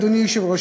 אדוני היושב-ראש,